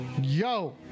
Yo